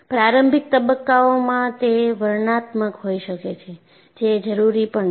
પ્રારંભિક તબક્કાઓમાં તે વર્ણનાત્મક હોઈ શકે છે જે જરૂરી પણ છે